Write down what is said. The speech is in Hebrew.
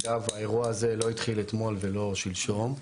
אגב, האירוע הזה לא התחיל אתמול ולא שלשום.